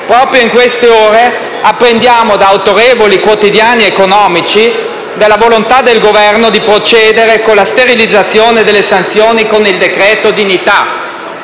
proprio in queste ore, apprendiamo da autorevoli quotidiani economici della volontà del Governo di procedere con la sterilizzazione delle sanzioni con il decreto dignità.